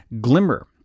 glimmer